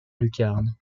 lucarne